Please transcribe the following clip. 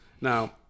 Now